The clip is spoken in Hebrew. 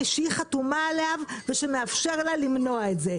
שהיא חתומה עליו ושמאפשר לה למנוע את זה.